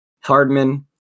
Hardman